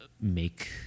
make